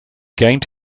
gained